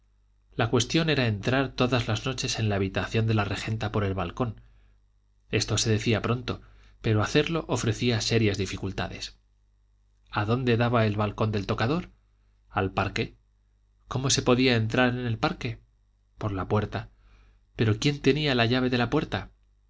la cuestión era entrar todas las noches en la habitación de la regenta por el balcón esto se decía pronto pero hacerlo ofrecía serias dificultades a dónde daba el balcón del tocador al parque cómo se podía entrar en el parque por la puerta pero quién tenía la llave de la puerta